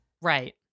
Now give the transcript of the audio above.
Right